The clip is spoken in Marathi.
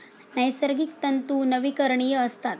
नैसर्गिक तंतू नवीकरणीय असतात